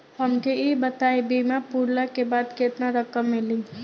हमके ई बताईं बीमा पुरला के बाद केतना रकम मिली?